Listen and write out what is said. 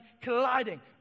colliding